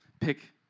Pick